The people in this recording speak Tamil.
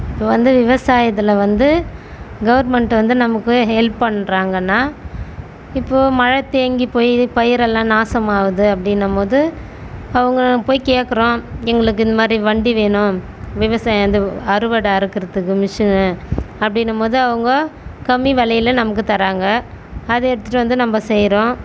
இப்போ வந்து விவசாயத்தில் வந்து கவர்மெண்ட் வந்து நமக்கு ஹெ ஹெல்ப் பண்றாங்கன்னால் இப்போது மழை தேங்கி போய் பயிரெல்லாம் நாசமாகுது அப்படின்னம்மோது அவங்க போய் கேட்கறோம் எங்களுக்கு இந்த மாதிரி வண்டி வேணும் விவசாயம் வந்து அறுவடை அறுக்கிறதுக்கு மிஷினு அப்படின்னம்மோது அவங்க கம்மி வெலையில் நமக்கு தராங்க அதை எடுத்துட்டு வந்து நம்ம செய்கிறோம்